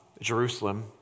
Jerusalem